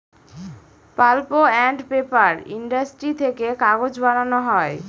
pulp and paper industry থেকে কাগজ বানানো হয়